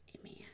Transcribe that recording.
Amen